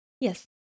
Yes